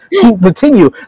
Continue